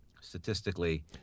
statistically